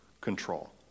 control